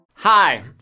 Hi